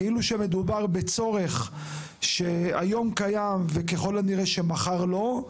כאילו שמדובר בצורך שהיום קיים וככל הנראה שמחר לא,